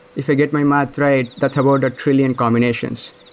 if i get my math right, that's about a trillion combinations.